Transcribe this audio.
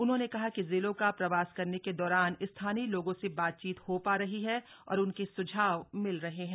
उन्होंने कहा कि जिलों का प्रवास करने के दौरान स्थानीय लोगों से बातचीत हो पा रही है और उनके सुझाव मिल रहे हैं